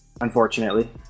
unfortunately